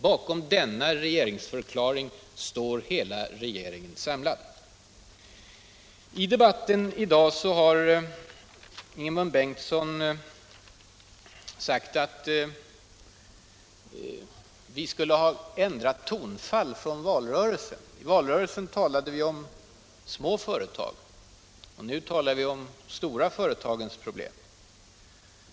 Bakom regeringsförklaringen står hela regeringen samlad. I debatten i dag har Ingemund Bengtsson sagt att vi skulle ha ändrat tonfall från valrörelsen. I valrörelsen talade vi om småföretag, och nu talar vi om de stora företagens problem, påstår herr Bengtsson.